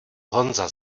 honza